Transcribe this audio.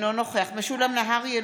אינו נוכח משולם נהרי,